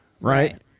Right